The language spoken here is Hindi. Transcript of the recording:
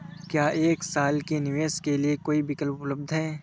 क्या एक साल के निवेश के लिए कोई विकल्प उपलब्ध है?